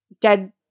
dead